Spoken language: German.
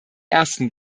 ersten